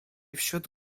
wśród